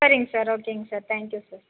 சரிங்க sir sir ஓகேங்க sir thank you sir